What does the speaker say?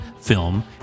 film